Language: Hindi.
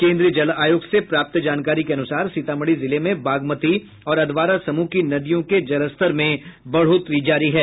केन्द्रीय जल आयोग से प्राप्त जानकारी के अनुसार सीतामढ़ी जिले में बागमती और अधवारा समूह की नदियों के जलस्तर में बढ़ोतरी जारी है